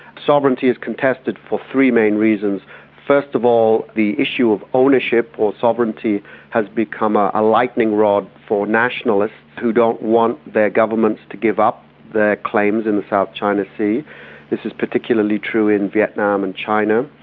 sovereignty is contested for three main reasons first of all, the issue of ownership or sovereignty has become a ah lightning rod for nationalists who don't want their governments to give up their claims in the south china sea, and this is particularly true in vietnam and china.